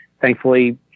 thankfully